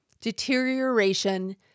deterioration